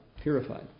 purified